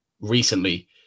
recently